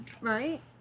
Right